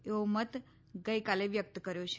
એવો મત ગઇકાલે વ્યક્ત કર્યો છે